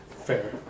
Fair